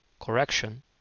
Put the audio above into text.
correction